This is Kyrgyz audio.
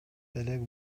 элек